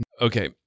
Okay